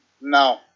No